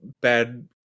bad